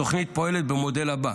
התוכנית פועלת במודל הבא: